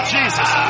Jesus